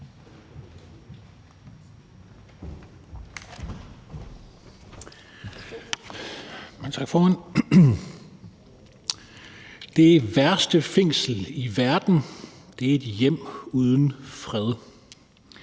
Det værste fængsel i verden er et hjem uden fred.